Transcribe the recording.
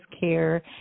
care